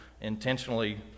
intentionally